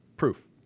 proof